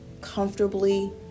comfortably